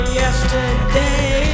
yesterday